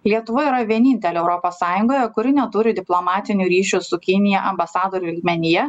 lietuva yra vienintelė europos sąjungoje kuri neturi diplomatinių ryšio su kinija ambasadorių lygmenyje